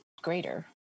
greater